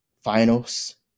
finals